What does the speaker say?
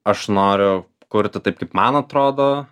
aš noriu kurti taip kaip man atrodo